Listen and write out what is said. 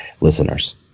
listeners